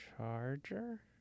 Charger